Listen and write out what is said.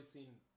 seen